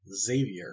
Xavier